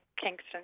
Kingston